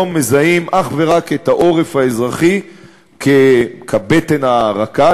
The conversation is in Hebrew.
היום מזהים אך ורק את העורף האזרחי כבטן הרכה,